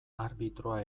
arbitroa